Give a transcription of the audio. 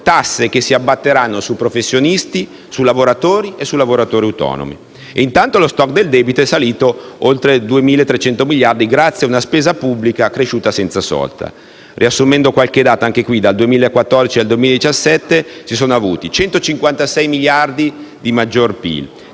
tasse che si abbatteranno su professionisti, su lavoratori e su lavoratori autonomi. Lo *stock* del debito, intanto, è salito oltre i 2.300 miliardi, grazie a una spesa pubblica cresciuta senza sosta. Riassumendo qualche dato, dal 2014 al 2017 si sono avuti 156 miliardi di maggiore PIL,